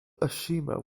oshima